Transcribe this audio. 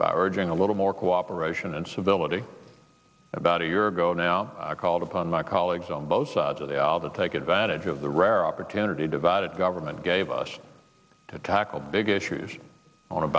by urging a little more cooperation and civility about a year ago now i called upon my colleagues on both sides of the aisle to take advantage of the rare opportunity divided government gave us to tackle big issues on a